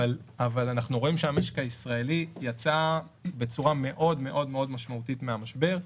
אבל אנחנו רואים שהמשק הישראלי יצא בצורה מאוד מאוד משמעותית מהמשבר.